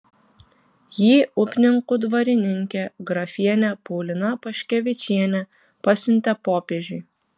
jį upninkų dvarininkė grafienė paulina paškevičienė pasiuntė popiežiui